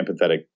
empathetic